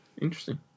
Interesting